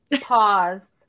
pause